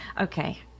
okay